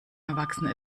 erwachsene